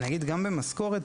גם במשכורת,